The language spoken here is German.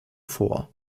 vor